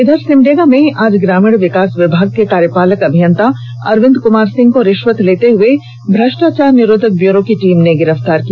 इधर सिमडेगा में आज ग्रामीण विकास विभाग के कार्यपालक अभियंता अरविंद कुमार सिंह को रिश्वत लेते हुए भ्रष्टाचार निरोधक ब्यूरो की टीम ने गिरफ्तार किया